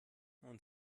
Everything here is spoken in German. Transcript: und